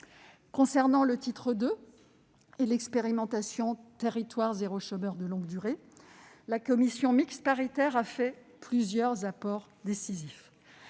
Concernant le titre II et l'expérimentation « territoires zéro chômeur de longue durée », la commission mixte paritaire a permis plusieurs apports décisifs.